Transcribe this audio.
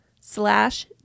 slash